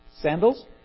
sandals